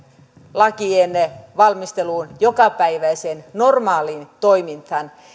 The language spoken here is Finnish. lakien valmisteluun jokapäiväiseen normaaliin toimintaan